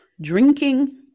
drinking